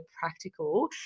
practical